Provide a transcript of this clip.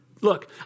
Look